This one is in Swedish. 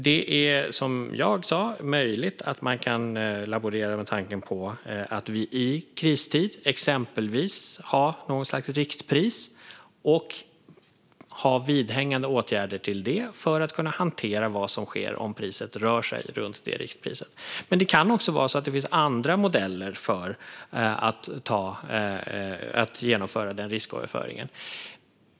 Det är som jag sa möjligt att man kan laborera med tanken att vi i kristid ska ha exempelvis något slags riktpris och vidhängande åtgärder för att kunna hantera det som sker om priset rör sig runt det riktpriset. Men det kan också finnas andra modeller för att genomföra den risköverföringen.